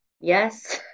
Yes